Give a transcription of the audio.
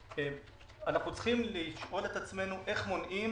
אנחנו צריכים לשאול את עצמנו איך מונעים